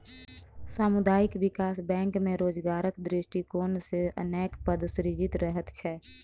सामुदायिक विकास बैंक मे रोजगारक दृष्टिकोण सॅ अनेक पद सृजित रहैत छै